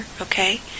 okay